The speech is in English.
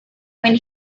when